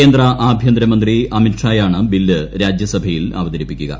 കേന്ദ്ര ആഭ്യന്തരമന്ത്രി അമിത്ഷായാണ് ബില്ല് രാജ്യസഭയിൽ അവതരിപ്പിക്കുക